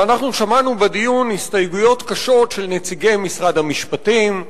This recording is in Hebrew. ואנחנו שמענו בדיון הסתייגויות קשות של נציגי משרד המשפטים,